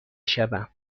شوم